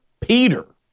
Peter